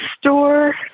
store